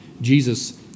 Jesus